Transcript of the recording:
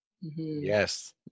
Yes